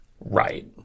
Right